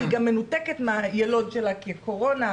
היא גם מנותקת מהילוד שלה כי קורונה,